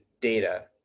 data